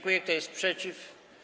Kto jest przeciw?